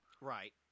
Right